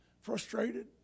Frustrated